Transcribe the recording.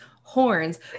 Horns